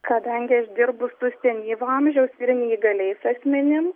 kadangi aš dirbu su senyvo amžiaus ir neįgaliais asmenim